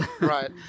Right